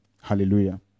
Hallelujah